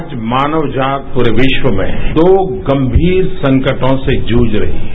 आज मानवजात पूरे विश्व में दो गंभीर संकटों से जूझ रही है